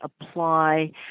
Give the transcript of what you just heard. apply